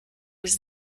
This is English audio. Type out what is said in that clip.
was